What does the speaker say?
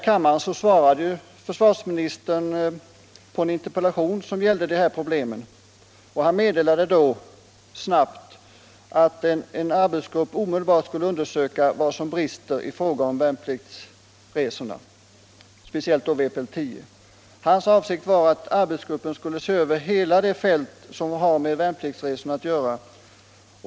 Vidare besvarade försvarsministern här i kammaren cen interpellation om detta problem och sade då att en arbets grupp omedelbart skulle undersöka vad som brister i fråga om värnpliktsresorna, speciellt då vpl 10. Försvarsministerns avsikt var att arbetsgruppen skulle se över hela det fält som har med värnpliktsresorna att göra.